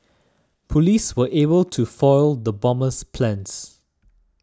police were able to foil the bomber's plans